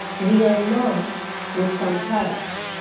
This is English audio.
we are not with sumproduct,